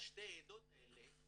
שתי העדות האלה,